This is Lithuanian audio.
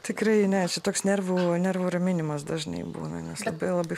tikrai ne čia toks nervų nervų raminimas dažnai būna nes labai labai